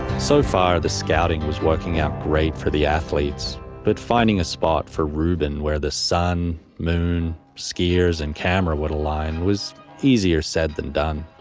so far, the scouting was working out great for the athletes but finding a spot for reuben where the sun, moon, skiers and camera would align was easier said than done.